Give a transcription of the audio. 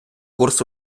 курс